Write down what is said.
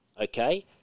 okay